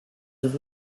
with